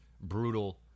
brutal